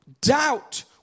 Doubt